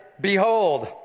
Behold